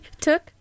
took